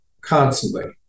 constantly